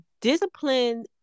Discipline